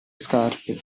scarpe